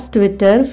Twitter